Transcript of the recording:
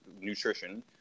nutrition